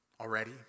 already